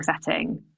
setting